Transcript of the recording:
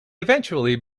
eventually